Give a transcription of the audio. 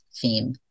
theme